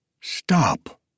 stop